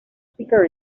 speaker